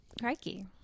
Crikey